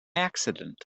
accident